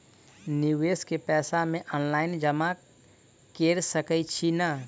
निवेश केँ पैसा मे ऑनलाइन जमा कैर सकै छी नै?